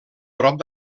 prop